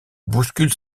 bouscule